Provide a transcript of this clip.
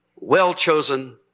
well-chosen